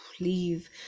Leave